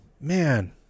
Man